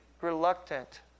reluctant